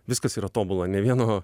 viskas yra tobula nė vieno